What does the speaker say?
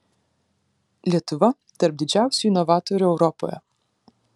lietuva tarp didžiausių inovatorių europoje